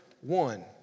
one